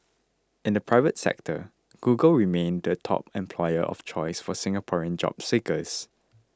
in the private sector Google remained the top employer of choice for Singaporean job seekers